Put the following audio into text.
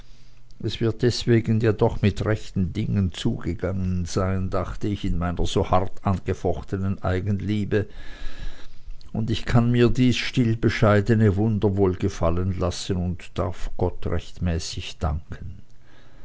es wird deswegen ja doch mit rechten dingen zugehen dachte ich in meiner so hart angefochtenen eigenliebe und ich kann mir dies still bescheidene wunder wohl gefallen lassen und darf gott rechtmäßig danken